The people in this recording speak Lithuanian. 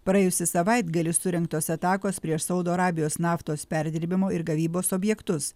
praėjusį savaitgalį surengtos atakos prieš saudo arabijos naftos perdirbimo ir gavybos objektus